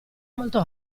molto